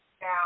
now